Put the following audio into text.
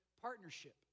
partnership